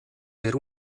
per